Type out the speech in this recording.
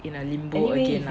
in a limbo again lah